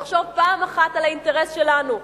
ולכן אני מציעה לנו שנחשוב פעם אחת על האינטרס שלנו,